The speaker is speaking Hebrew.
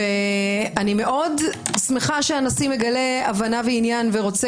אני מאוד שמחה שהנשיא מגלה הבנה ועניין ורוצה